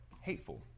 hateful